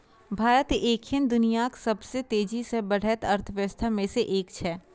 भारत एखन दुनियाक सबसं तेजी सं बढ़ैत अर्थव्यवस्था मे सं एक छै